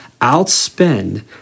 outspend